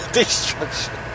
destruction